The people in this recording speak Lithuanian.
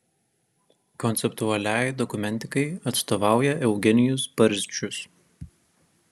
konceptualiai dokumentikai atstovauja eugenijus barzdžius